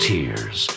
Tears